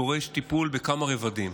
דורש טיפול בכמה רבדים.